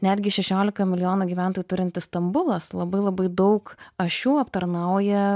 netgi šešiolika milijonų gyventojų turintis stambulas labai labai daug ašių aptarnauja